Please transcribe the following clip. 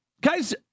guys